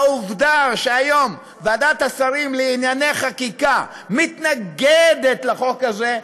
העובדה שהיום ועדת השרים לענייני חקיקה מתנגדת לחוק הזה,